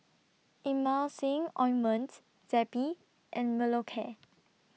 Emulsying Ointment Zappy and Molicare